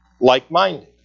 like-minded